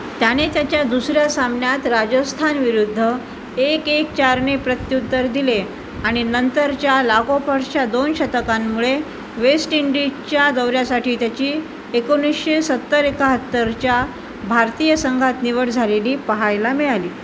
त्याने त्याच्या दुसऱ्या सामन्यात राजस्थान विरुद्ध एक एक चारने प्रत्युत्तर दिले आणि नंतरच्या लागोपाठच्या दोन शतकांमुळे वेस्ट इंडीजच्या दौऱ्यासाठी त्याची एकोणीसशे सत्तर एकाहत्तरच्या भारतीय संघात निवड झालेली पहायला मिळाली